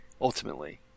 ultimately